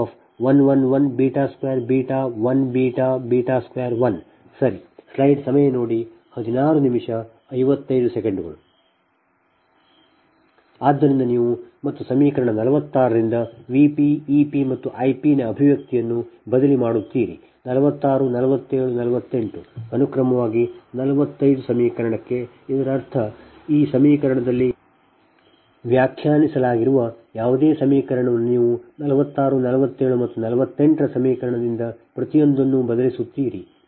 ಆದ್ದರಿಂದ ನೀವು ಮತ್ತು ಸಮೀಕರಣ 46ರಿಂದ V p E p ಮತ್ತು I p ನ ಅಭಿವ್ಯಕ್ತಿಯನ್ನು ಬದಲಿ ಮಾಡುತ್ತೀರಿ 46 47 ಮತ್ತು 48 ಅನುಕ್ರಮವಾಗಿ 45 ಸಮೀಕರಣಕ್ಕೆ ಇದರರ್ಥ ಈ ಸಮೀಕರಣದಲ್ಲಿ ವ್ಯಾಖ್ಯಾನಿಸಲಾಗಿರುವ ಯಾವುದೇ ಸಮೀಕರಣವನ್ನು ನೀವು 46 47 ಮತ್ತು 48 ರ ಸಮೀಕರಣದಿಂದ ಪ್ರತಿಯೊಂದನ್ನು ಬದಲಿಸುತ್ತೀರಿ